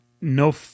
no